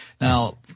Now